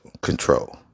Control